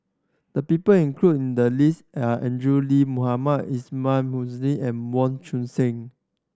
the people included in the list are Andrew Lee Mohamed Ismail and Mong Tuang Seng